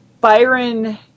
Byron